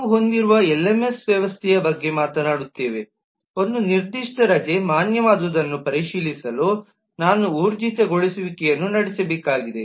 ನಾವು ಹೊಂದಿರುವ ಎಲ್ಎಂಎಸ್ ವ್ಯವಸ್ಥೆಯ ಬಗ್ಗೆ ಮಾತನಾಡುತ್ತಿದ್ದೇವೆ ಒಂದು ನಿರ್ದಿಷ್ಟ ರಜೆ ಮಾನ್ಯವಾದುದನ್ನು ಪರಿಶೀಲಿಸಲು ನಾವು ಊರ್ಜಿತಗೊಳಿಸುವಿಕೆಯನ್ನು ನಡೆಸಬೇಕಾಗಿದೆ